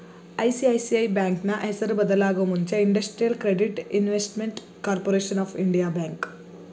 ICICI ಬ್ಯಾಂಕ್ನ ಹೆಸರು ಬದಲಾಗೂ ಮುಂಚೆ industrial credit investment corporation of India bank